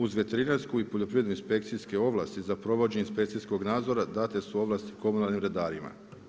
Uz veterinarsku i poljoprivredne inspekcijske ovlasti za provođenje inspekcijskog nadzorna, date su ovlasti komunalnim redarima.